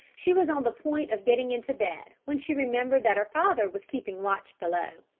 she was on the point of getting into bed when she remembered that her father was keeping watch below.